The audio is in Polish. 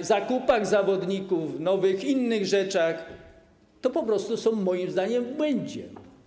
zakupach nowych zawodników, innych rzeczach - to po prostu są moim zdaniem w błędzie.